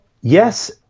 Yes